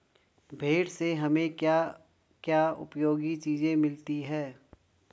भेड़ से हमें क्या क्या उपयोगी चीजें मिलती हैं?